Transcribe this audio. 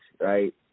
right